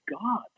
God